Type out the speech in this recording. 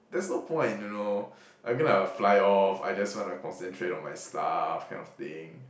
there's no point you know I'm gonna like fly off I just wanna concentrate on my stuff kind of thing